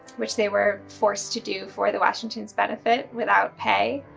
which they were forced to do for the washingtons' benefit without pay,